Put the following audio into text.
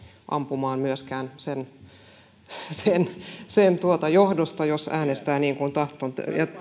ampumaan myöskään sen johdosta jos äänestää niin kuin tahtoo